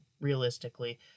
realistically